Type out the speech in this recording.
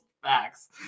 Facts